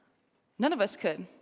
none of us could.